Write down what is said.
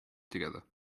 together